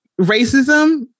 racism